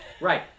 right